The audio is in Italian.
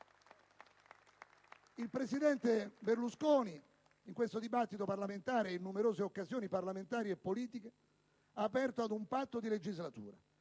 Il presidente Berlusconi in questo dibattito parlamentare e in numerose altre occasioni parlamentari e politiche ha aperto ad un patto di legislatura,